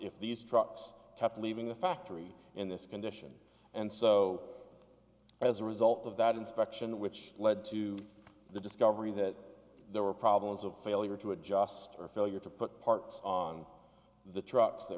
if these trucks kept leaving the factory in this condition and so as a result of that inspection which led to the discovery that there were problems of failure to adjust for failure to put parts on the trucks th